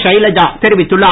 ஷைலஜா தெரிவித்துள்ளார்